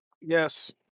Yes